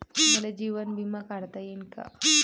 मले जीवन बिमा काढता येईन का?